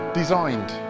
designed